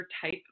type